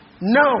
No